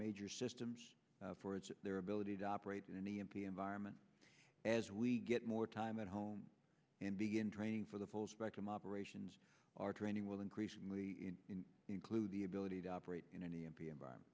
major systems for it's their ability to operate in an e m p environment as we get more time at home and begin training for the full spectrum operations our training will increasingly include the ability to operate in an e m p environment